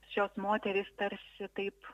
šios moterys tarsi taip